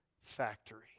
factory